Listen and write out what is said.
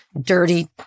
dirty